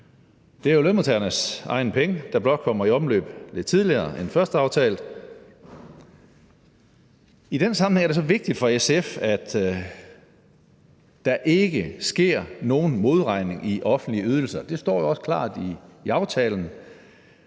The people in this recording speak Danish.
Det er jo lønmodtagernes egne penge, der blot kommer i omløb lidt tidligere end først aftalt. I den sammenhæng er det så vigtigt for SF, at der ikke sker nogen modregning i offentlige ydelser. Det står også klart i aftalen.